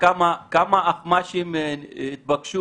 כמה מהם הם אזרחי